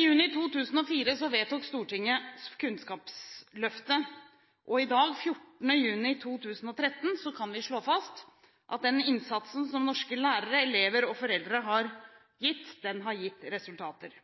juni 2004 vedtok Stortinget Kunnskapsløftet. I dag, 14. juni 2013, kan vi slå fast at den innsatsen som norske lærere, elever og foreldre har gjort, har gitt resultater.